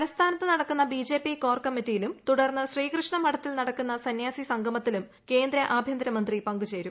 തലസ്ഥാനത്ത് നടക്കുന്ന BJP core കമ്മിറ്റിയിലും തുടർന്ന് ശ്രീകൃഷ്ണ മഠത്തിൽ നടക്കുന്ന സന്യാസി സംഗമത്തിലും കേന്ദ്ര ആഭ്യന്തര മന്ത്രി പങ്കുചേരും